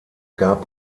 gab